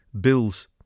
Bill's